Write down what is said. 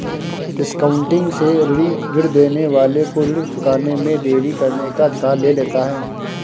discounting से ऋणी ऋण देने वाले को ऋण चुकाने में देरी करने का अधिकार ले लेता है